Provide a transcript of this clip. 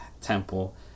temple